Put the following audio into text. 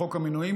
לחוק המינויים,